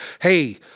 hey